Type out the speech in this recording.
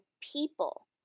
people